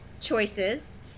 choices